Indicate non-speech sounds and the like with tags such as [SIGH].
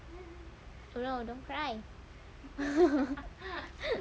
oh no don't cry [LAUGHS]